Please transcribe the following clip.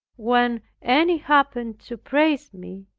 when any happened to praise me,